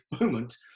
moment